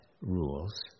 rules